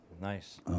Nice